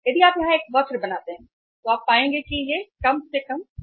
यदि आप यहां एक वक्र बनाते हैं तो आप पाएंगे कि यह कम से कम कुल लागत है